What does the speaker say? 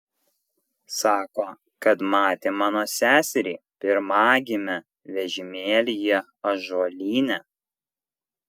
sako kad matė mano seserį pirmagimę vežimėlyje ąžuolyne